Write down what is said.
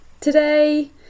Today